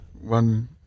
one